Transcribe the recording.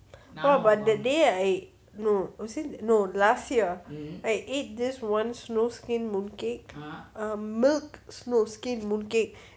!wah! but that day I no was it no last year I ate this one snow skin mooncake uh milk snow skin mooncake